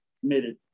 committed